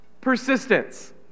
persistence